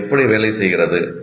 இது எப்படி வேலை செய்கிறது